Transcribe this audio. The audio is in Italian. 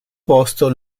posto